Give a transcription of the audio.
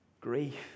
grief